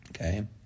okay